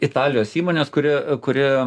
italijos įmonės kuri kuri